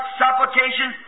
supplication